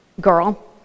girl